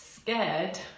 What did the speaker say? scared